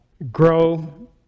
grow